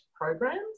programs